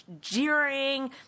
jeering